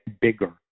bigger